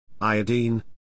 iodine